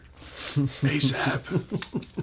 ASAP